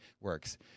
works